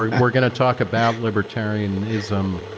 we're we're going to talk about libertarianism,